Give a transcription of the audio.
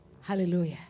Hallelujah